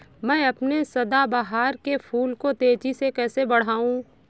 मैं अपने सदाबहार के फूल को तेजी से कैसे बढाऊं?